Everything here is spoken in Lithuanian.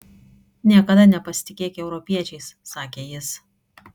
niekada nepasitikėk europiečiais sakė jis